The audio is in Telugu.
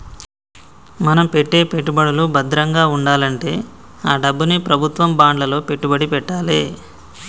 మన పెట్టే పెట్టుబడులు భద్రంగా వుండాలంటే ఆ డబ్బుని ప్రభుత్వం బాండ్లలో పెట్టుబడి పెట్టాలే